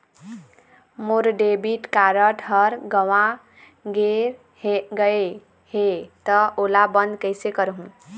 मोर debit card हर गंवा गैर गए हे त ओला बंद कइसे करहूं?